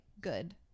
good